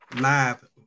live